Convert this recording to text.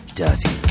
dirty